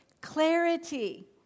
clarity